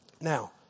Now